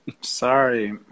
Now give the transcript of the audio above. sorry